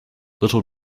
little